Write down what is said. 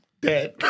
dead